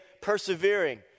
persevering